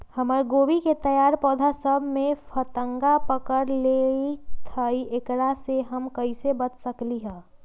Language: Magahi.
हमर गोभी के तैयार पौधा सब में फतंगा पकड़ लेई थई एकरा से हम कईसे बच सकली है?